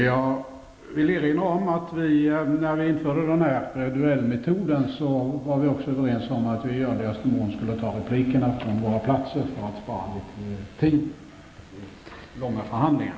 Jag vill erinra om att när vi införde den här duellmetoden var vi också överens om att vi görligaste mån skulle ta repliker från våra bänkar för att spara tid vid långa förhandlingar.